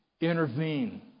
Intervene